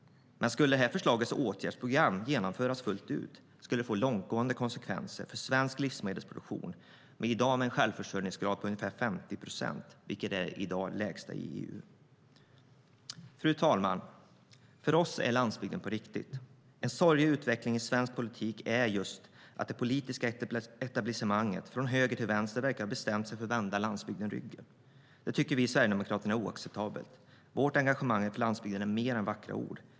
Men om förslagets åtgärdsprogram skulle genomföras fullt ut skulle det få långtgående konsekvenser för svensk livsmedelsproduktion med en självförsörjningsgrad på ungefär 50 procent, vilket i dag är lägst i hela EU.Fru talman! För oss är landsbygden på riktigt. En sorglig utveckling i svensk politik är att det politiska etablissemanget, från höger till vänster, verkar ha bestämt sig för att vända landsbygden ryggen. Det tycker vi sverigedemokrater är oacceptabelt. Vårt engagemang för landsbygden är mer än vackra ord.